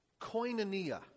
koinonia